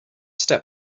step